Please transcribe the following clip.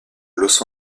los